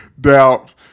doubt